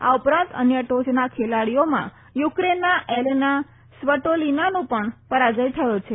આ ઉપરાંત અન્ય ટોચના ખેલાડીઓના યુક્રેનના એલેના સ્વટોલીનાનો પણ પરાજય થયો છે